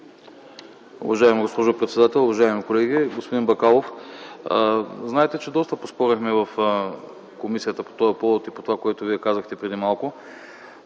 Уважаема госпожо председател, уважаеми колеги! Господин Бакалов, знаете, че доста поспорихме в комисията по този повод и по това, което Вие казахте преди малко